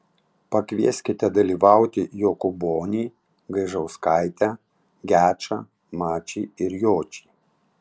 pakvieskite dalyvauti jokūbonį gaižauskaitę gečą mačį ir jočį